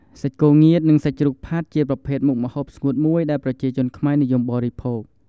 សាច់គោងៀតនិងសាច់ជ្រូកផាត់ ជាប្រភេទមុខម្ហូបស្ងួតមួយដែលប្រជាជនខ្មែរនិយមបរិភោគ។